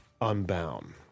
Unbound